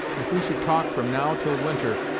if we should talk from now till winter,